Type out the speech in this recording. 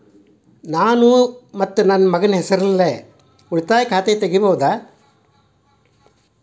ನಾನು ಮತ್ತು ನನ್ನ ಮಗನ ಹೆಸರಲ್ಲೇ ಉಳಿತಾಯ ಖಾತ ತೆಗಿಬಹುದ?